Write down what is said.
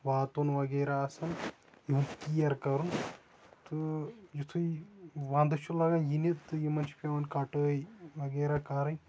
واتُن وغیرہ آسان یا کِیر کَرُن تہٕ یِتھُے وَندٕ چھُ لگان یینہِ تہٕ یِمن چھِ پیٚوان کَٹٲے وغیرہ کَرٕنۍ